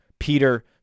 Peter